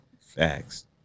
Facts